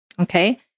Okay